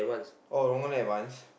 oh Rong-En advance